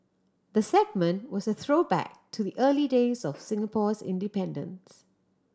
the segment was a throwback to the early days of Singapore's independence